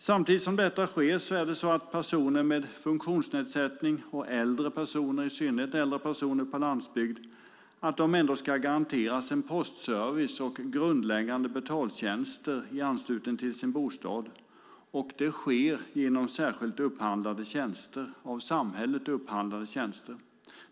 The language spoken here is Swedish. Samtidigt som detta sker är det så att personer med funktionsnedsättning och äldre personer, i synnerhet på landsbygd, ska garanteras postservice och grundläggande betaltjänster i anslutning till sin bostad. Det sker genom av samhället särskilt upphandlade tjänster.